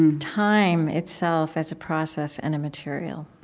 and time itself as a process and a material.